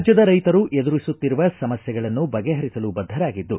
ರಾಜ್ಯದ ರೈತರು ಎದುರಿಸುತ್ತಿರುವ ಸಮಸ್ಥೆಗಳನ್ನು ಬಗೆಹರಿಸಲು ಬದ್ಧರಾಗಿದ್ದು